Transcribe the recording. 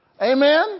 Amen